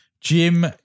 Jim